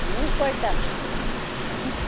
وُہ کۅیِنٹَل